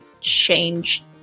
change